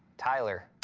tyler.